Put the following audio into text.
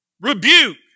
rebuke